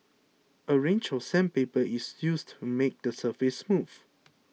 a range of sandpaper is used to make the surface smooth